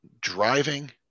driving